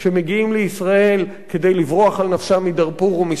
לישראל כדי לברוח על נפשם מדארפור ומסודן,